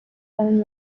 own